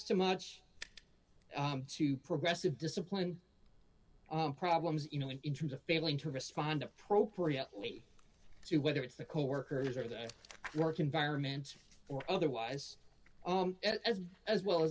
so much to progressive discipline all problems you know in terms of failing to respond appropriately to whether it's the coworkers or the work environment or otherwise as well as